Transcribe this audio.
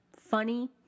funny